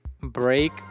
break